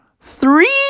Three